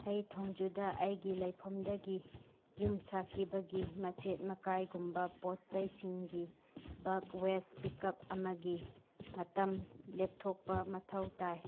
ꯑꯩ ꯊꯣꯡꯖꯨꯗ ꯑꯩꯒꯤ ꯂꯩꯐꯝꯗꯒꯤ ꯌꯨꯝ ꯁꯥꯈꯤꯕꯒꯤ ꯃꯆꯦꯠ ꯃꯀꯥꯏꯒꯨꯝꯕ ꯄꯣꯠ ꯆꯩꯁꯤꯡꯒꯤ ꯕꯛ ꯋꯦꯁ ꯄꯤꯛꯀꯞ ꯑꯃꯒꯤ ꯃꯇꯝ ꯂꯦꯞꯊꯣꯛꯄ ꯃꯊꯧ ꯇꯥꯏ